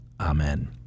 amen